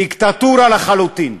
דיקטטורה לחלוטין.